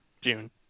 June